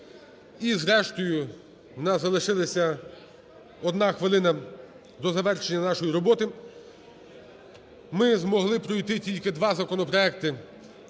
І, зрештою, в нас залишилася одна хвилина до завершення нашої роботи. Ми змогли пройти тільки два законопроекти